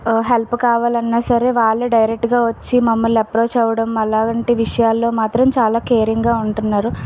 help కావాలన్నా సరే వాళ్ళే డైరెక్ట్గా వచ్చి మమ్మల్ని అప్రోచ్ అవ్వడం అలాంటి విషయాల్లో మాత్రం చాలా కేరింగ్గా ఉంటున్నారు